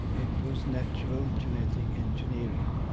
it was natural genetic engineering.